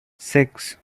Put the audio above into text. six